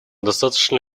достаточно